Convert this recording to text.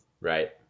Right